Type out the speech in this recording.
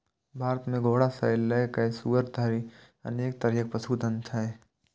भारत मे घोड़ा सं लए कए सुअर धरि अनेक तरहक पशुधन छै